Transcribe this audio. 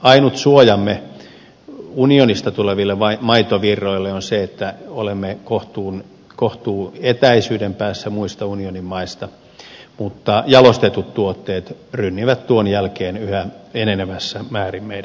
ainut suojamme unionista tuleville maitovirroille on se että olemme kohtuu etäisyyden päässä muista unionin maista mutta jalostetut tuotteet rynnivät tuon jälkeen yhä enenevässä määrin meidän markkinoillemme